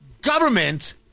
Government